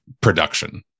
production